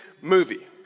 movie